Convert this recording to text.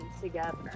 together